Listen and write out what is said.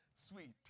Sweet